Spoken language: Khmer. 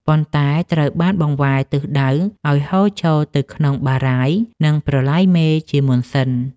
ប៉ុន្តែត្រូវបានបង្វែរទិសដៅឱ្យហូរចូលទៅក្នុងបារាយណ៍ និងប្រឡាយមេជាមុនសិន។